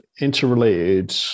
interrelated